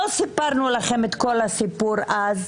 לא סיפרנו לכם את כל הסיפור אז,